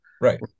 right